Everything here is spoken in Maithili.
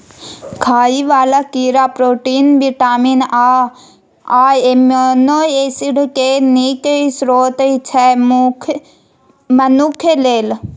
खाइ बला कीड़ा प्रोटीन, बिटामिन आ एमिनो एसिड केँ नीक स्रोत छै मनुख लेल